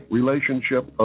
relationship